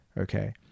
okay